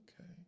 Okay